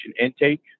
intake